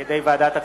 מטעם ועדת הכספים: